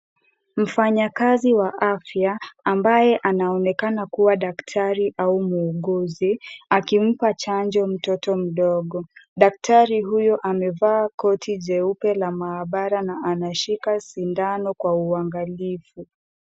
Mfanya kazi wa afya ambaye anaonekana kuwa daktar au muuguzi akimpa chanjo mtoto mdogo, daktari huyo amevaa koti jeupe la mahabara na anashika shindano kwa uangalifu.